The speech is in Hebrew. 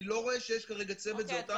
אני לא רואה שיש כרגע צוות כזה -- אוקי,